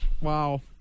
Wow